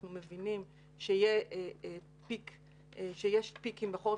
אנחנו מבינים שיש פיקים בחורף.